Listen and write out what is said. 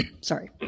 Sorry